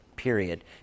Period